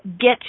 get